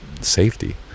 safety